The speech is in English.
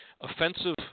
offensive